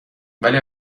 ولی